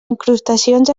incrustacions